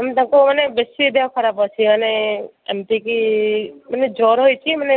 ମାନେ ତାଙ୍କୁ ମାନେ ବେଶୀ ଦେହ ଖରାପ ଅଛି ମାନେ ଏମିତି କି ମାନେ ଜ୍ଵର ହେଇଛି ମାନେ